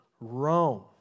Rome